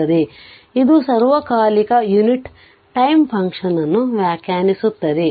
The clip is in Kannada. ಆದ್ದರಿಂದ ಇದು ಸಾರ್ವಕಾಲಿಕ ಯುನಿಟ್ ಟೈಮ್ ಫಂಕ್ಷನ್ ಅನ್ನು ವ್ಯಾಖ್ಯಾನಿಸುತ್ತದೆ